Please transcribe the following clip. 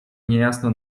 niejasno